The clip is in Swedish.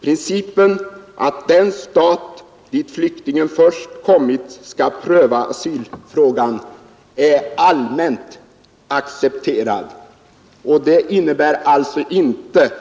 Principen att den stat dit flyktingen först kommit skall pröva asylfrågan är allmänt accepterad. Det innebär att det icke varit